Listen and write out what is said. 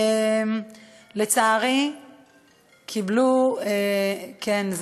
לצערי, קיבלו, כן.